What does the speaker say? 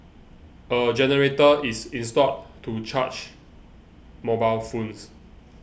a generator is installed to charge mobile phones